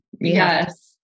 yes